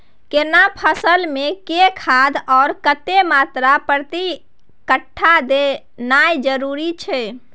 केना फसल मे के खाद आर कतेक मात्रा प्रति कट्ठा देनाय जरूरी छै?